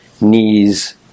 knees